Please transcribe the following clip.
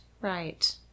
right